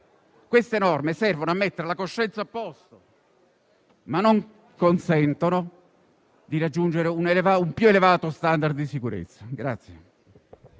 carta e servono a mettere la coscienza a posto, ma non consentono di raggiungere un più elevato *standard* di sicurezza.